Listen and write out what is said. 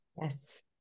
Yes